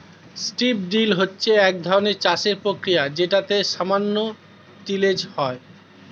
strip drill হচ্ছে একধরনের চাষের প্রক্রিয়া যেটাতে সামান্য তিলেজ হয়